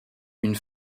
une